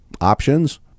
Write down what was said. options